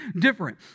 different